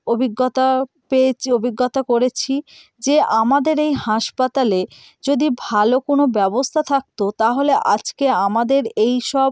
অভিজ্ঞতা পেয়েছি অভিজ্ঞতা করেছি যে আমাদের এই হাসপাতালে যদি ভালো কোনো ব্যবস্থা থাকতো তাহলে আজকে আমাদের এই সব